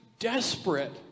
desperate